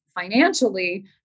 financially